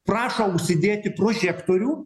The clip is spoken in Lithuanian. prašo užsidėti prožektorių